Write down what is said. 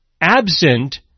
absent